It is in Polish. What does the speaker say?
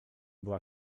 była